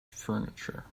furniture